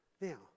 Now